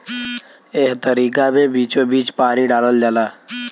एह तरीका मे बीचोबीच पानी डालल जाला